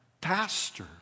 pastor